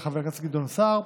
של חבר הכנסת גדעון סער,